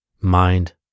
Mind